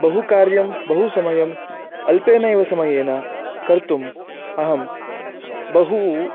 बहु कार्यं बहु समयम् अल्पेनैव समयेन कर्तुम् अहं बहु